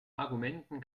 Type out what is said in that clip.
argumenten